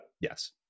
yes